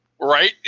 Right